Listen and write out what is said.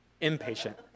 Impatient